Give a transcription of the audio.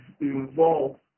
involved